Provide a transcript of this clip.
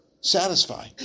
satisfy